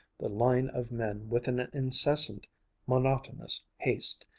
the line of men, with an incessant monotonous haste,